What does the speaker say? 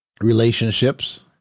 relationships